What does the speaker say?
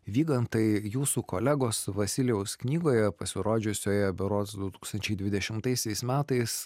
vygantai jūsų kolegos vasilijaus knygoje pasirodžiusioje berods du tūkstančiai dvidešimtaisiais metais